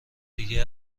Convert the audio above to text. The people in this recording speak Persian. دیگه